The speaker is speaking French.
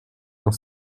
dans